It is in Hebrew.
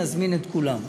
נזמין את כולם.